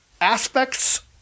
aspects